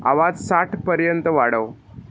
आवाज साठपर्यंत वाढव